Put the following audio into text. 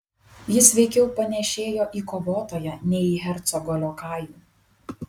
jis veikiau panėšėjo į kovotoją nei į hercogo liokajų